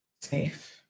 safe